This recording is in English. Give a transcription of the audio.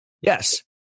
Yes